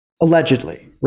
allegedly